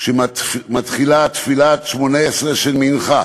כשמתחילה תפילת שמונה-עשרה של מנחה,